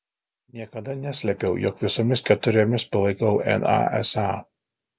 niekada neslėpiau jog visomis keturiomis palaikau nasa